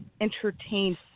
entertain